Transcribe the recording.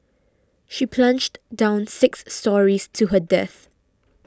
she plunged down six storeys to her death